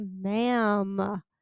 ma'am